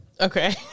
Okay